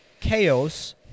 chaos